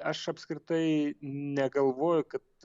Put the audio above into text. aš apskritai negalvoju kad